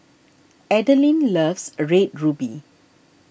Adelyn loves a Red Ruby